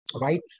right